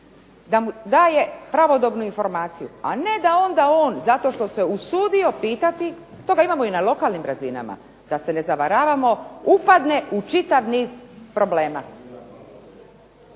da mu daje pravodobnu informaciju, a ne onda da on zato što se usudio pitati, toga imamo na lokalnim razinama, da se ne zavaravamo upadne u čitav niz problema.